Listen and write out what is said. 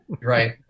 right